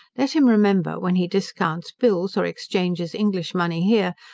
let him remember when he discounts bills, or exchanges english money here,